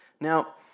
Now